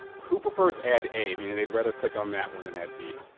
who prefers ad a, meaning they'd rather click on that one than add b,